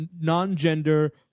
non-gender